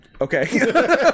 Okay